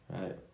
right